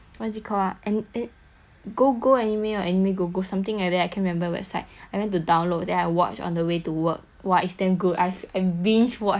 gogoanime or animegogo something like that I can't remember website I went to download then I watch on the way to work !wah! it's damn good I f~ I binge watched the twelve episodes it's damn nice